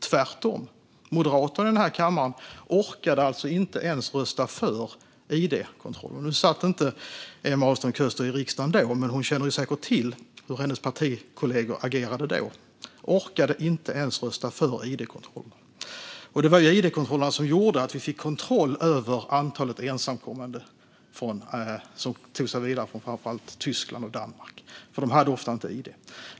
Tvärtom - Moderaterna orkade alltså inte ens rösta för id-kontroller här i kammaren. Nu satt inte Emma Ahlström Köster i riksdagen då, men hon känner säkert till hur hennes partikollegor agerade: Man orkade inte ens rösta för id-kontroller. Det var id-kontrollerna som gjorde att vi fick kontroll över antalet ensamkommande som tog sig vidare från framför allt Tyskland och Danmark, för de hade ofta inte id.